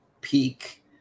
peak